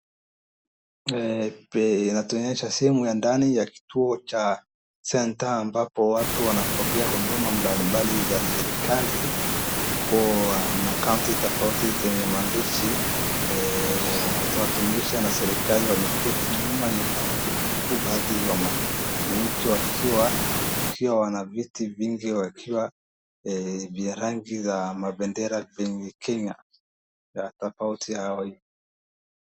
Inatuonyesha sehemu ya ndani ya kituo cha center ambapo watu wanapokea huduma mbali za serikali, kwa kaunti tofauti zenye maandishi watumishi waserikali wameketi nyuma kaunti huku baadhi ya wanainchi wakiwa wanaviti vingi wakiwa vya rangi za mabendera Kenya ya tofauti.